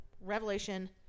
revelation